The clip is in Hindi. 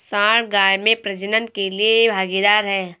सांड गाय में प्रजनन के लिए भागीदार है